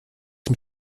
dem